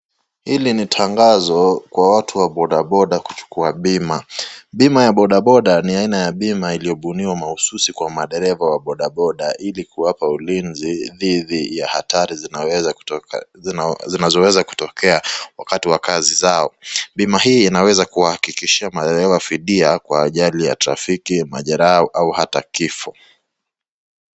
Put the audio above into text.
Hili ni tangazo kwa watu wa bodaboda kuchukua bima. Bima ya bodaboda ni aina ya bima iliyobuniwa mahususi kwa madereva wa bodaboda ili kuwapa ulizni didhi ya hatari zinazoweza kutokea wakati wa kazi zao. Bima hii inaweza kuhakikishia madereva fidia kwa ajali ya trafiki, majeraha au hata kifo.